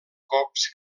cops